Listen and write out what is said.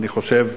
אני חושב.